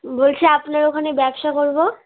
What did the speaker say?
বলছি আপনার ওখানে ব্যবসা করবো